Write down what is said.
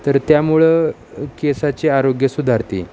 तर त्यामुळं केसाचे आरोग्य सुधारते